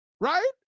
right